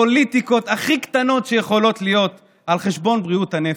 פוליטיקות הכי קטנות שיכולות להיות על חשבון בריאות הנפש.